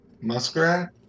Muskrat